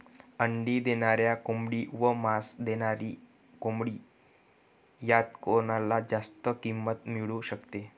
अंडी देणारी कोंबडी व मांस देणारी कोंबडी यात कोणाला जास्त किंमत मिळू शकते?